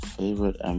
Favorite